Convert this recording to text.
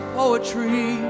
poetry